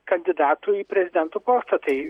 kandidatu į prezidento postą tai